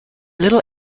little